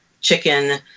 chicken